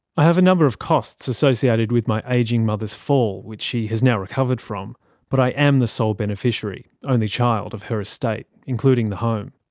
i have a number of costs associated with my ageing mother's fall which she has now recovered from but i am the sole beneficiary only child of her estate including the home.